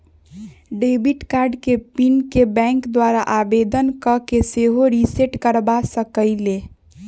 debit card के pin के bank द्वारा आवेदन कऽ के सेहो रिसेट करबा सकइले